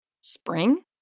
Spring